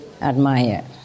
admire